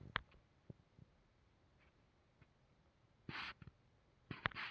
ಸಮುದ್ರದ ತೇರಗಳಲ್ಲಿ ಕಂಡಬರು ಸಸ್ಯ ಮತ್ತ ಪ್ರಾಣಿ ಸಂಕುಲಾ